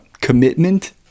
commitment